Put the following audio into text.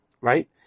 Right